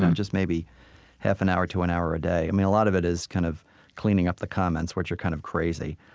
um just maybe half an hour to an hour a day. i and mean, a lot of it is kind of cleaning up the comments, which are kind of crazy.